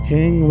King